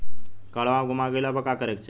काडवा गुमा गइला पर का करेके चाहीं?